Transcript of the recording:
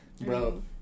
Bro